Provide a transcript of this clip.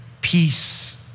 peace